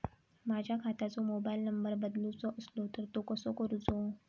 माझ्या खात्याचो mobile number बदलुचो असलो तर तो कसो करूचो?